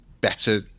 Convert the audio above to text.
better